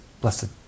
blessed